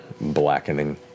blackening